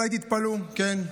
אולי תתפלאו: כן,